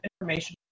information